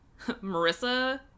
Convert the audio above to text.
Marissa